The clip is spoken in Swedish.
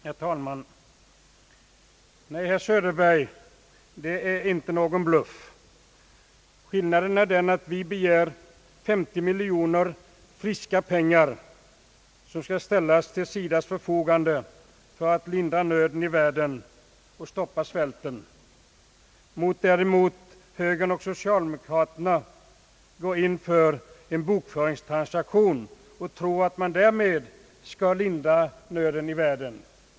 Herr talman! Nej, herr Söderberg, det är inte någon bluff. Skillnaden är den att vi begär 50 miljoner kronor i friska pengar som skall ställas till SIDA:s förfogande för att lindra nöden i världen och stoppa svält, medan däremot högern och socialdemokraterna vill göra en bokföringstransaktion och tror att man därmed skall lindra nöden i världen.